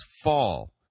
fall